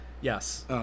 yes